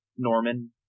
Norman